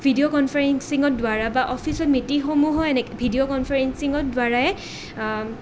video কনফাৰেঞ্চিঙৰ দ্বাৰা বা অফিচৰ মিটিঙসমূহো ভিডিঅ' কনফাৰেঞ্চিঙৰ দ্বাৰাই